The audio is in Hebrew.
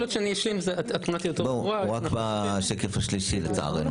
לצערנו, הוא רק בשקף השלישי.